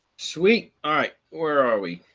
sweet. all right, where are we?